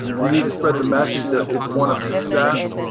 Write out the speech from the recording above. you need to spread the message that it's one of success.